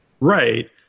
Right